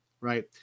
right